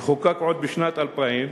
שהובאה עוד בשנת 2000,